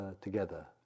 together